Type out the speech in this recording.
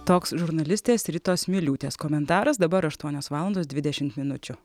toks žurnalistės ritos miliūtės komentaras dabar aštuonios valandos dvidešimt minučių